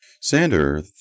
Sander